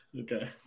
okay